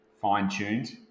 fine-tuned